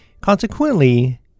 Consequently